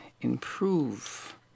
improve